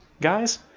guys